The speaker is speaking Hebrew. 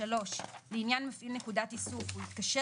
לעניין מפעיל נקודת איסוף הוא התקשר